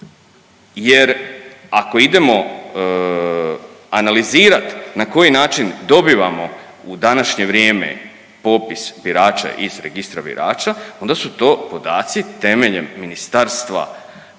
jer ako idemo analizirati na koji način dobivamo u današnje vrijeme popis birača iz registra birača onda su to podaci temeljem Ministarstva